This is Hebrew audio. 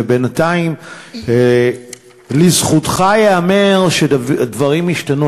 ובינתיים לזכותך ייאמר שהדברים השתנו.